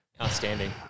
Outstanding